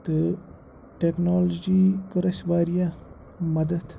تہٕ ٹٮ۪کنالجی کٔر اَسہِ واریاہ مَدَتھ